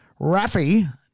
Rafi